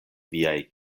viaj